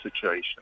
situation